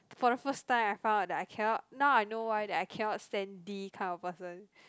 for the first time I found out that I cannot now I know why that I cannot stand D kind of person